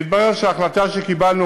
התברר שההחלטה שקיבלנו,